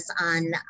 on